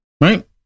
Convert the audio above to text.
right